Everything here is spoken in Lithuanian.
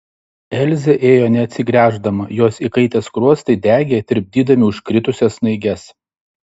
elzė ėjo neatsigręždama jos įkaitę skruostai degė tirpdydami užkritusias snaiges